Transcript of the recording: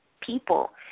people